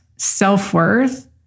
self-worth